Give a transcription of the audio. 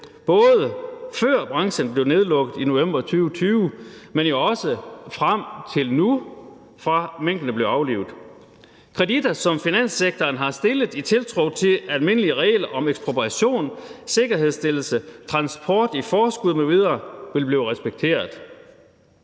både før branchen blev nedlukket i november 2020, men også frem til nu, fra minkene blev aflivet. Der er tale om kreditter, som finanssektoren har stillet, i tiltro til at almindelige regler om ekspropriation, sikkerhedsstillelse, transport i forskud m.v. ville blive respekteret.